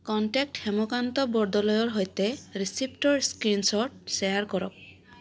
contact Hemkanta বৰদলৈৰ সৈতে ৰিচিপ্টৰ স্ক্ৰীনশ্বট শ্বেয়াৰ কৰক